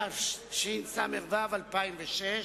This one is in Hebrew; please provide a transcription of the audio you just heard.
3), התשס"ו-2006,